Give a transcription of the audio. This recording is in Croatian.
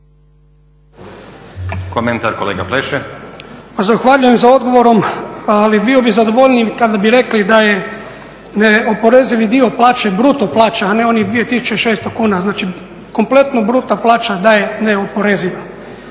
Stranka rada)** Pa zahvaljujem na odgovoru, ali bio bih zadovoljniji kada bi rekli da je oporezivi dio plaće bruto plaća, a ne onih 2.600 kuna, znači kompletna bruto plaća daj je neoporeziva.